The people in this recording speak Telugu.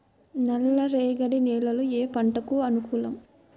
నల్ల రేగడి నేలలు ఏ పంటకు అనుకూలం?